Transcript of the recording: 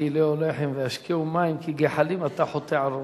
האכילו לחם והשקהו מים כי גחלים אתה חותה על ראשו.